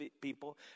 people